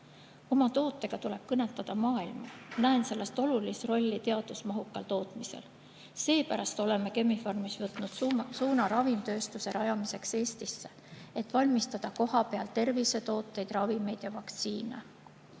Oma tootega tuleb kõnetada maailma. Näen selles olulist rolli teadusmahukal tootmisel. Seepärast oleme Chemi-Pharmis võtnud suuna ravimitööstuse rajamiseks Eestisse, et valmistada kohapeal tervisetooteid, ravimeid ja vaktsiine.